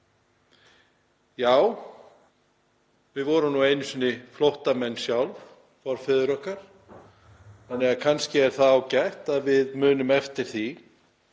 Já, við vorum nú einu sinni flóttamenn sjálf, forfeður okkar. Kannski er ágætt að við munum eftir því